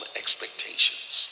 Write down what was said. expectations